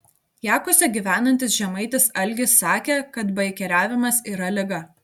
jakuose gyvenantis žemaitis algis sakė kad baikeriavimas yra liga